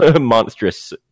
Monstrous